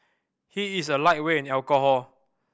he is a lightweight in alcohol